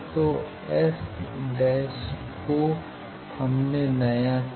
तो S' को नया किया